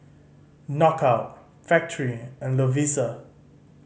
Knockout Factorie and Lovisa